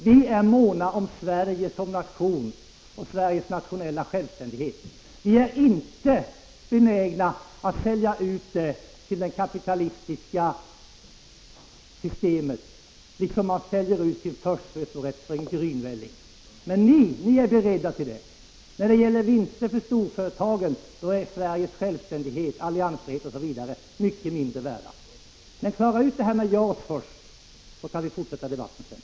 Vi är måna om Sverige som nation. Vi är inte benägna att sälja ut Sveriges nationella självständighet till det kapitalistiska systemet, för det vore som att sälja sin förstfödslorätt för en grynvälling. Men ni är beredda till det — i jämförelse med vinster för storföretagen är Sveriges självständighet, alliansfrihet osv. mycket mindre värda. Klara ut det här med JAS först, så kan vi fortsätta debatten sedan.